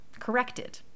Corrected